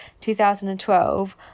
2012